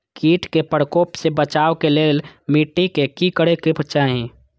किट के प्रकोप से बचाव के लेल मिटी के कि करे के चाही?